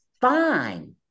fine